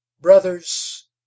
brothers